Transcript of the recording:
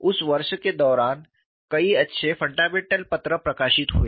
उस वर्ष के दौरान कई अच्छे फंडामेंटल पत्र प्रकाशित हुए